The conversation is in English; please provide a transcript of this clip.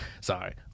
sorry